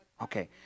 Okay